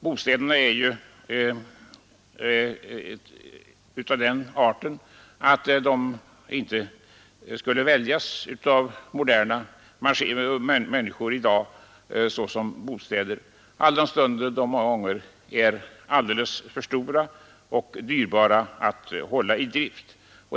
Bostäderna är ju sådana att de inte skulle väljas av moderna människor i dag som bostäder, alldenstund de många gånger är alltför stora och dyrbara i drift.